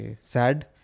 sad